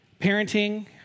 parenting